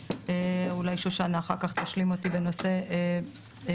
אולי שושנה אחר כך תשלים אותי בנושא משתלמים.